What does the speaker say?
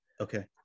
Okay